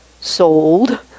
sold